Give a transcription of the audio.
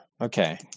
Okay